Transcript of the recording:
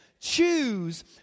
choose